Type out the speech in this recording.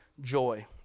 joy